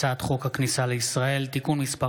הצעת חוק הכניסה לישראל (תיקון מס'